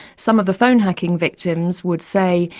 some of the phone hacking victims would say,